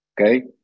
Okay